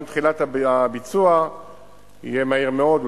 גם תחילת הביצוע תהיה מהירה מאוד,